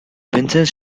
vincent